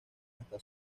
hasta